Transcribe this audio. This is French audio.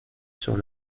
sur